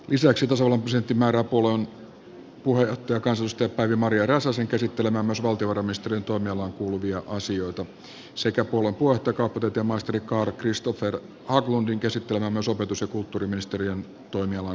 lisäksi tasavallan presidentti määrää puolueen puheenjohtaja kansanedustaja päivi maria räsäsen käsittelemään myös valtiovarainministeriön toimialaan kuuluvia asioita sekä puolueen puheenjohtaja kauppatieteen maisteri carl christoffer haglundin käsittelemään myös opetus ja kulttuuriministeriön toimialaan kuuluvia asioita